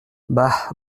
bah